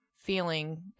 Feeling